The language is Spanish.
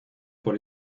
por